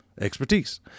expertise